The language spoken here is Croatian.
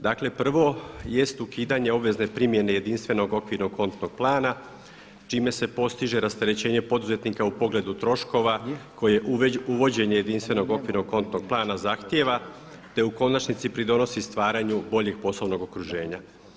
Dakle, prvo jest ukidanje obvezne primjene jedinstvenog okvirnog kontnog plana, čime se postiže rasterećenje poduzetnika u pogledu troškova koje uvođenje jedinstvenog okvirnog kontnog plana zahtjeva, te u konačnici pridonosi stvaranju boljeg poslovnog okruženja.